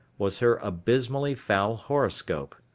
was her abysmally foul horoscope.